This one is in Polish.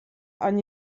ani